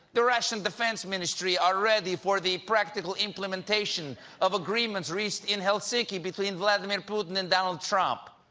the russian defense ministry are ready for the practical implementation of agreements reached in helsinki between vladimir putin and donald trump.